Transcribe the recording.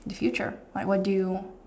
the future like what do you